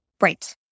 Right